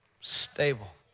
stable